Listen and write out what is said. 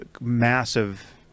massive